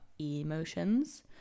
emotions